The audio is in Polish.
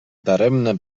daremne